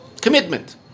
Commitment